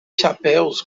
chapéus